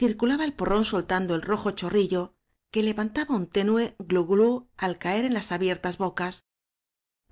circulaba el porrón soltando el rojo chorrillo que levantaba un tenue glu glu al caer en las abiertas bocas